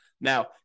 Now